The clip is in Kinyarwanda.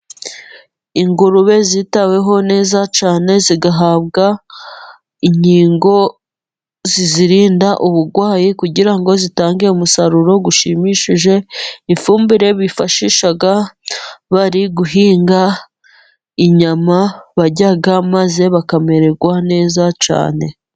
Ingurube zitaweho neza cyane zigahabwa inkingo zizirinda uburwayi, kugira ngo zitange umusaruro ushimishije, ifumbire bifashisha bari guhinga, inyama barya maze bakamererwa neza cyane.